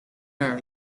are